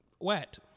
wet